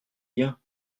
bien